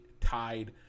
tied